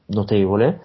notevole